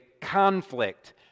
conflict